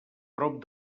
prop